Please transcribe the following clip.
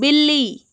बिल्ली